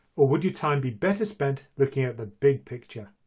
or would your time be better spent looking at the big picture?